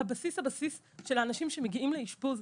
זה פשוט הבסיס של האנשים שמגיעים לאשפוז.